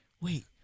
Wait